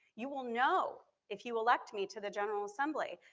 you will know, if you elect me to the general assembly,